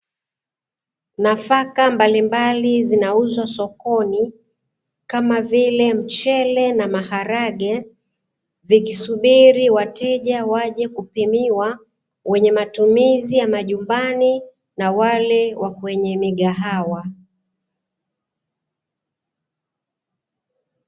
Nafaka mbalimbli zinauzwa sokoni, Kama vile mchele na maharage vikisubili wateja waje kupimiwa wenye matumizi ya majumbani na wale wa kwenye migahawa.